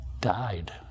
died